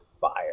fire